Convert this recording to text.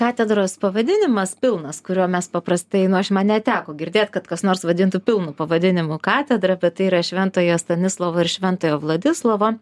katedros pavadinimas pilnas kurio mes paprastai nu aš man neteko girdėt kad kas nors vadintų pilnu pavadinimu katedra bet tai yra šventojo stanislovo ir šventojo vladislovo